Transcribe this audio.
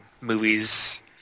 movies